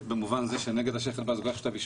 במובן הזה שנגד השייח' אלבז הוגש כתב אישום.